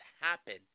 happen